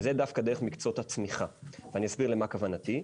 וזה דווקא דרך מקצועות הצמיחה ואני אסביר למה כוונתי.